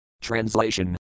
Translation